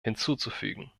hinzuzufügen